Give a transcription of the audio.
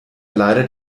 leider